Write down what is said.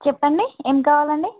చెప్పండి ఏమి కావాలండి